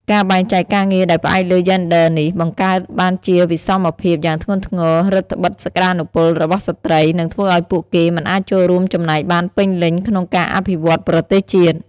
ការបែងចែកការងារដោយផ្អែកលើយេនឌ័រនេះ បង្កើតបានជាវិសមភាពយ៉ាងធ្ងន់ធ្ងរ រឹតត្បិតសក្តានុពលរបស់ស្ត្រី និងធ្វើឲ្យពួកគេមិនអាចចូលរួមចំណែកបានពេញលេញក្នុងការអភិវឌ្ឍន៍ប្រទេសជាតិ។